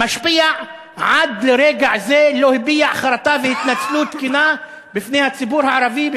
משפיע עד לרגע זה לא הביעו חרטה והתנצלות תקינה בפני הציבור הערבי,